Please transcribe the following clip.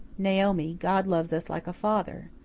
naomi, god loves us like a father.